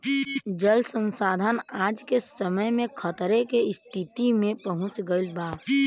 जल संसाधन आज के समय में खतरे के स्तिति में पहुँच गइल बा